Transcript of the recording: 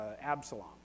Absalom